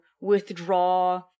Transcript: withdraw